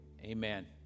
Amen